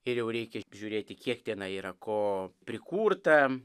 ir jau reikia žiūrėti kiek tenai yra ko prikurta